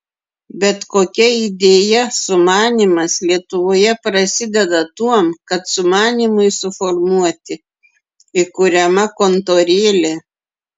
bet kokia idėja sumanymas lietuvoje prasideda tuom kad sumanymui suformuoti įkuriama kontorėlė